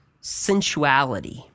sensuality